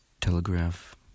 telegraph